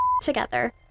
together